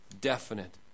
definite